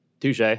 Touche